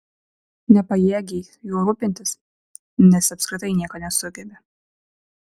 nepajėgei juo rūpintis nes apskritai nieko nesugebi